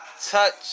touch